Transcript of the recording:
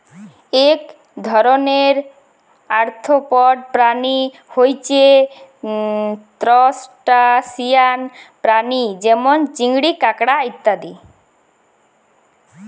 এক ধরণের আর্থ্রপড প্রাণী হচ্যে ত্রুসটাসিয়ান প্রাণী যেমল চিংড়ি, কাঁকড়া ইত্যাদি